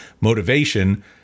motivation